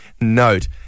note